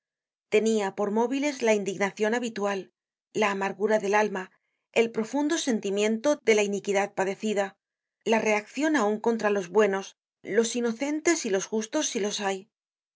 tenia por móviles la indignacion habitual la amargura del alma el profundo sentimiento de la iniquidad padecida la reaccion aun contra los buenos los inocentes y los justos si los hay